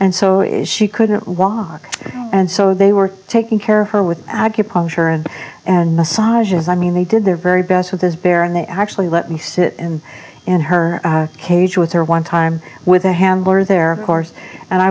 and so is she couldn't walk and so they were taking care of her with acupuncture and and massages i mean they did their very best with this bear and they actually let me sit in in her cage with her one time with a handler their horse and i